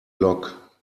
lock